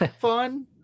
fun